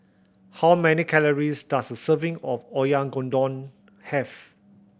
how many calories does a serving of Oyakodon have